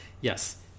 Yes